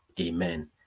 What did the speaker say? amen